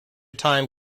time